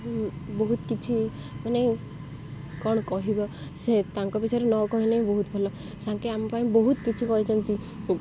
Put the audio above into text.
ବହୁତ କିଛି ମାନେ କ'ଣ କହିବ ସେ ତାଙ୍କ ବିଷୟରେ ନ କହିଲେ ବହୁତ ଭଲ ସାଙ୍ଗେ ଆମ ପାଇଁ ବହୁତ କିଛି କରିଛନ୍ତି